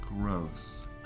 Gross